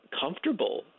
comfortable